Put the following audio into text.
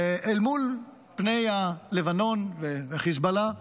אל מול פני הלבנון וחיזבאללה,